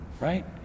right